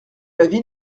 l’avis